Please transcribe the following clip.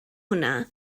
hwnna